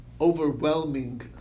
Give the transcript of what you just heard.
overwhelming